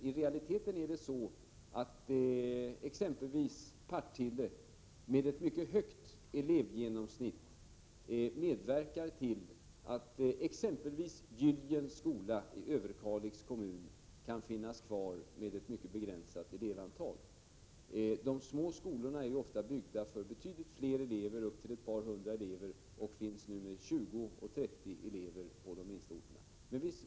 I realiteten är det så att exempelvis Partille med ett mycket högt genomsnittligt elevantal medverkar till att exempelvis Gyljens skola i Överkalix kommun kan finnas kvar med ett mycket begränsat elevantal. De små skolorna är ofta byggda för betydligt fler elever, upp till ett par hundra, och drivs nu med 20 eller 30 elever på de minsta orterna.